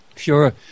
sure